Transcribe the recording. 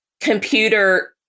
computer